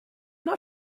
not